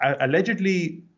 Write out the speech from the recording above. allegedly